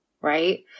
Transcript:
right